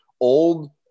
old